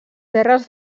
terres